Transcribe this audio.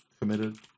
committed